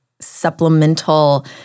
supplemental